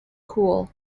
cool